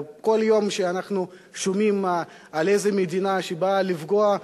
כל יום שאנחנו שומעים על איזה מדינה שבאה לפגוע,